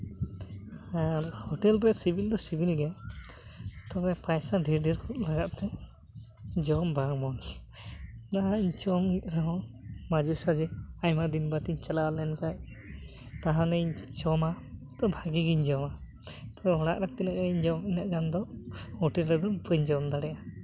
ᱟᱨ hotel ᱨᱮ ᱥᱤᱵᱤᱞ ᱫᱚ ᱥᱤᱵᱤᱞ ᱜᱮᱭᱟ ᱛᱚᱵᱮ ᱯᱚᱭᱥᱟ ᱰᱷᱮᱨ ᱰᱷᱮᱨ ᱞᱟᱜᱟᱜ ᱛᱮ ᱡᱚᱢ ᱵᱟᱝ ᱢᱚᱡᱽ ᱡᱟᱦᱟᱱᱟᱜ ᱤᱧ ᱡᱚᱢ ᱨᱮᱦᱚᱸ ᱢᱟᱡᱷᱮ ᱥᱟᱡᱷᱮ ᱟᱭᱢᱟ ᱫᱤᱱ ᱵᱟᱫᱮᱧ ᱪᱟᱞᱟᱣ ᱞᱮᱱᱠᱷᱟᱱ ᱛᱟᱦᱚᱞᱮᱧ ᱡᱚᱢᱟ ᱛᱚ ᱵᱷᱟᱹᱜᱤ ᱜᱤᱧ ᱡᱚᱢᱟ ᱛᱚᱵᱮ ᱚᱲᱟᱜ ᱨᱮ ᱛᱤᱱᱟᱹᱜ ᱜᱟᱱᱤᱧ ᱡᱚᱢᱟ ᱩᱱᱟᱹᱜ ᱜᱟᱱ ᱫᱚ ᱦᱳᱴᱮᱞ ᱨᱮᱫᱚ ᱵᱟᱹᱧ ᱡᱚᱢ ᱫᱟᱲᱮᱭᱟᱜᱼᱟ